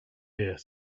here